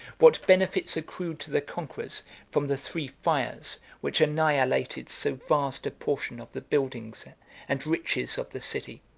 what benefits accrued to the conquerors from the three fires which annihilated so vast a portion of the buildings and riches of the city?